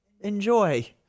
enjoy